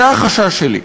זה החשש שלי,